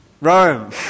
Rome